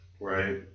Right